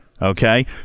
Okay